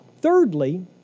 Thirdly